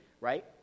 right